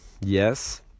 yes